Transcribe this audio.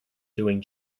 doing